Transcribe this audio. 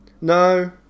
No